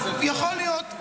יכול להיות.